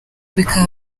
bikaba